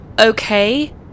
okay